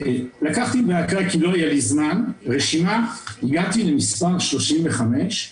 לקחתי רשימה והגעתי למספר 35,